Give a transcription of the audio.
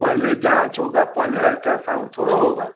पहले जाँच होगा पहले अल्ट्रासाउन्ड थोड़ी होगा